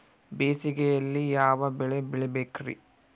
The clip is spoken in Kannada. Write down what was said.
ಬೇಸಿಗೆಯಲ್ಲಿ ಯಾವ ಬೆಳೆ ಬೆಳಿಬೇಕ್ರಿ?